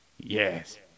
Yes